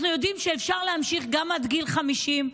אנחנו יודעים שאפשר להמשיך גם עד גיל 50,